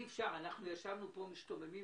אנחנו ישבנו פה משתוממים,